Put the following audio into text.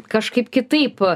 kažkaip kitaip